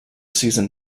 season